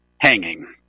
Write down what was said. hanging